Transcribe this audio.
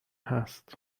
هست